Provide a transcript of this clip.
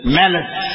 malice